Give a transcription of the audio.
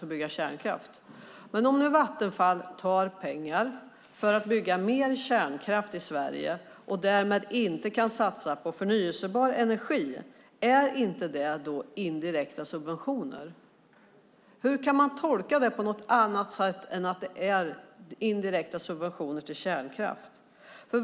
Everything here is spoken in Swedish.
Men är det inte indirekta subventioner om nu Vattenfall tar pengar för att bygga mer kärnkraft i Sverige och därmed inte kan satsa på förnybar energi? Hur kan man tolka det på något annat sätt än att det är indirekta subventioner till kärnkraft?